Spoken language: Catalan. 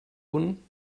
punt